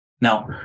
Now